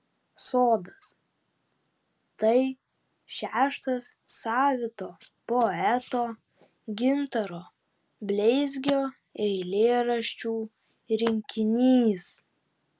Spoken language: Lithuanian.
sodas tai šeštas savito poeto gintaro bleizgio eilėraščių rinkinys